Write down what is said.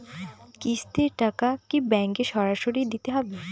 কিস্তির টাকা কি ব্যাঙ্কে সরাসরি দিতে হবে?